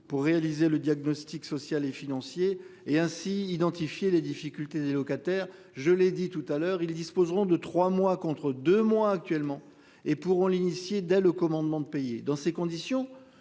pour réaliser le diagnostic social et financier et ainsi identifier les difficultés des locataires. Je l'ai dit tout à l'heure, ils disposeront de 3 mois contre 2 mois actuellement. Et pour en l'initié dès le commandement de pays. Dans ces conditions,